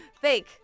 fake